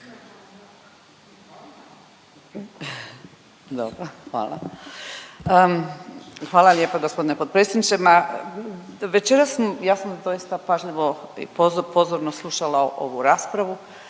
(HDZ)** Hvala lijepa g. potpredsjedniče. Ma, večeras, ja sam doista pažljivo i pozorno slušala ovu raspravu,